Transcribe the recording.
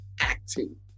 acting